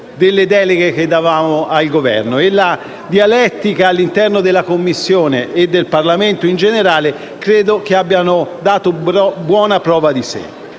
delle deleghe che conferivamo al Governo, e la dialettica all'interno della Commissione e del Parlamento in generale credo abbia dato buona prova di sé.